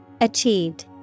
Achieved